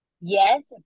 yes